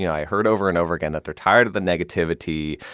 and i heard over and over again that they're tired of the negativity.